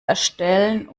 erstellen